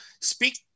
Speak